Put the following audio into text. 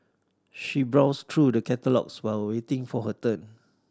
she browsed through the catalogues while waiting for her turn